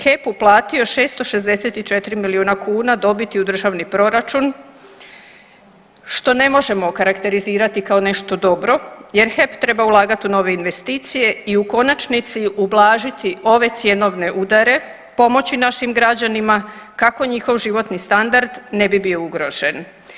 HEP uplatio 664 milijuna kuna dobiti u državni proračun što ne možemo okarakterizirati kao nešto dobro jer HEP treba ulagati u nove investicije i u konačnici ublažiti ove cjenovne udare, pomoći našim građanima kako njihov životni standard ne bi bio ugrožen.